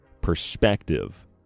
perspective